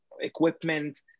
equipment